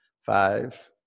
Five